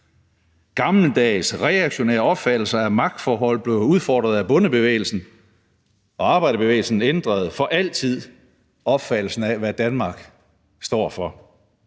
Gammeldags, reaktionære opfattelser af magtforhold blev jo udfordret af bondebevægelsen, og arbejderbevægelsen ændrede for altid opfattelsen af, hvad Danmark står for.